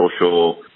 social